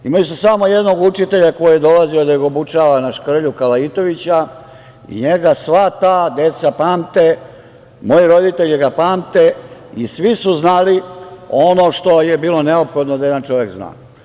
Imali su samo jednog učitelja koji je dolazio da ga obučava Naškrlju Kalaitovića i njega sva ta deca pamte, moji roditelji ga pamte i svi su znali ono što je bilo neophodno da jedan čovek zna.